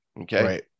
Okay